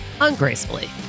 ungracefully